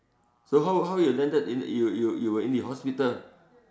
so how how you landed in you you you were in the hospital